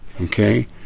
Okay